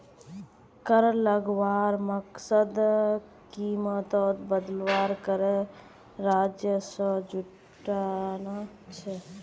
कर लगवार मकसद कीमतोत बदलाव करे राजस्व जुटाना छे